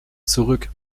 zurück